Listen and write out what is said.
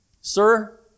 sir